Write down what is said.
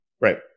Right